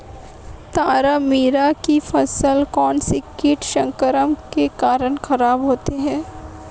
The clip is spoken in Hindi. तारामीरा की फसल कौनसे कीट संक्रमण के कारण खराब होती है?